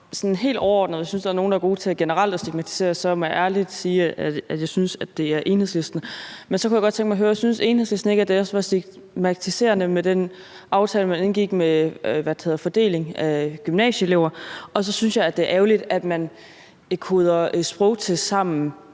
helt overordnet vil jeg sige, at hvis der er nogen, der er gode til generelt at stigmatisere, så må jeg ærligt sige, at jeg synes, det er Enhedslisten. Men jeg kunne godt tænke mig høre: Synes Enhedslisten ikke, at det var stigmatiserende med den aftale, man indgik om fordeling af gymnasieelever? Og så synes jeg, det er ærgerligt, at man koder sprogtest sammen